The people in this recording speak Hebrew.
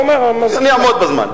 כן, אני אעמוד בזמן.